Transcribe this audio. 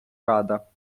рада